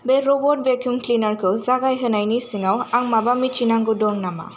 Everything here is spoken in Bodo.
बे रबत वेक्युम क्लिनारखौ जागायहोनायनि सिङाव आं माबा मिथिनांगौ दं नामा